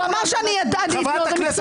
הוא אמר שאני אדע --- מקצועית,